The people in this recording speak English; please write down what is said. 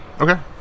Okay